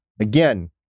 Again